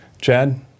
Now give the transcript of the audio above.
Chad